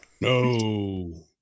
no